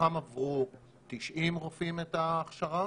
מתוכם עברו 90 רופאים את ההכשרה,